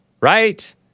Right